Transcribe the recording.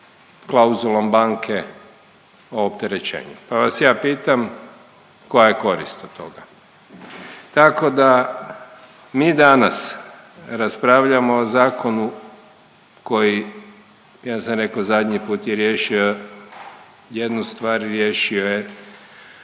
klauzulom banke o opterećenju pa vas ja pitam koja je korist od toga. Tako da mi danas raspravljamo o zakonu koji ja sam rekao zadnji put, je riješio jednu stvar, riješio je